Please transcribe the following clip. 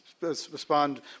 respond